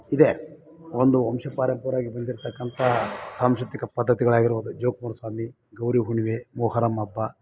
ಇದೆ ಒಂದು ವಂಶಪಾರಂಪರಿಕವಾಗಿ ಬಂದಿರ್ತಕ್ಕಂಥ ಸಾಂಸ್ಕೃತಿಕ ಪದ್ಧತಿಗಳಾಗಿರ್ಬೌದು ಜೋಗ್ ಪುರ್ ಸ್ವಾಮಿ ಗೌರಿ ಹುಣ್ಮೆ ಮೊಹರಮ್ ಹಬ್ಬ